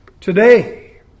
today